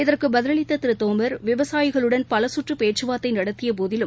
இதற்கு பதிலளித்த திரு தோமர் விவசாயிகளுடன் பல கற்று பேச்சுவார்த்தை நடத்திய போதிலும்